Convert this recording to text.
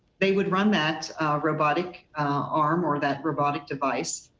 they would run that robotic arm or that robotic device,